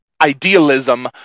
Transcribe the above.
idealism